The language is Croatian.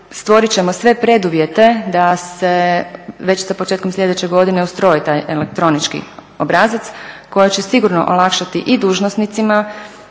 stvorit ćemo sve preduvjete da se već sa početkom sljedeće godine ustroji taj elektronički obrazac koji će sigurno olakšati i dužnosnicima